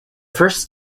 first